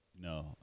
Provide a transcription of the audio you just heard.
No